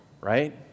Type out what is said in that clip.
right